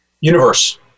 universe